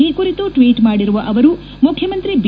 ಈ ಕುರಿತು ಟ್ವೀಟ್ ಮಾಡಿರುವ ಅವರು ಮುಖ್ಯಮಂತ್ರಿ ಬಿ